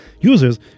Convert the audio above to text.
users